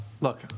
look